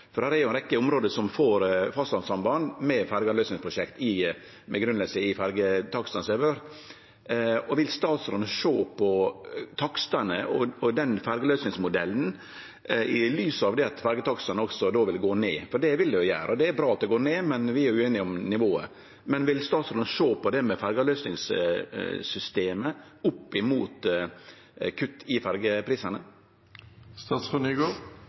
med grunngjeving i ferjetakstane som har vore. Vil statsråden sjå på takstane og ferjeavløysingsmodellen i lys av at ferjetakstane også vil gå ned? Det vil dei gjere, og det er bra at dei går ned, men vi er ueinige om nivået. Vil statsråden sjå på ferjeavløysingssystemet opp mot kutt i ferjeprisane? Jeg registrerte i